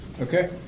Okay